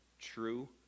true